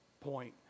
point